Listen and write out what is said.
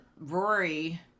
Rory